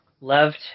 loved